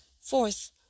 fourth